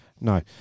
No